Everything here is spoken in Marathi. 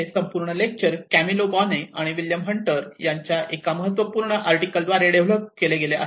हे संपूर्ण लेक्चर कॅमिलो बोनो आणि विल्यम हंटर यांच्या एका महत्त्वपूर्ण आर्टिकल द्वारे डेव्हलप केले गेले आहे